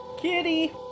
Kitty